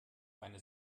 eine